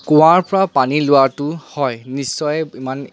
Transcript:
কুঁৱাৰ পৰা পানী লোৱাটো হয় নিশ্চয় ইমান